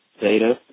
data